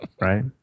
Right